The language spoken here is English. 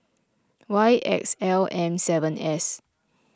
Y X L M seven S